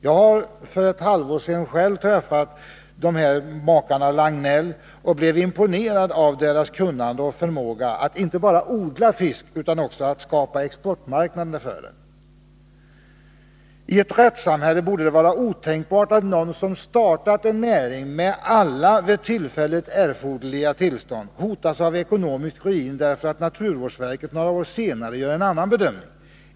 Jag träffade själv för ett halvt år sedan makarna Lagnell och blev imponerad av deras kunnande och förmåga att inte bara odla fisk utan också att skapa exportmarknad för produkten. I ett rättssamhälle borde det vara otänkbart att någon som startat en näring med alla för tillfället erforderliga tillstånd hotas av ekonomisk ruin, därför att naturvårdsverket några år senare gör en annan bedömning.